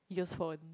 use phone